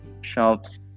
shops